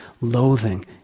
loathing